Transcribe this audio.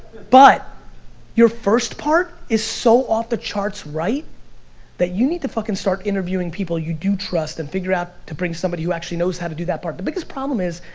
but your first part is so off the charts right that you need to fucking start interviewing people you do trust and figure out to bring somebody who actually knows how to do that part. the biggest problem is,